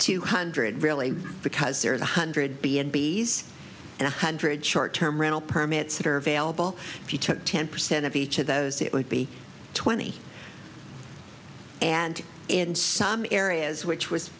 two hundred really because there's one hundred b and b s and a hundred short term rental permits that are available if you took ten percent of each of those it would be twenty and in some areas which was